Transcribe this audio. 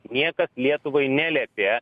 niekas lietuvai neliepė